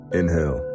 inhale